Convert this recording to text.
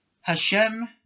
Hashem